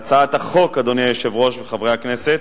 להצעת החוק, אדוני היושב ראש וחברי הכנסת,